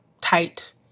tight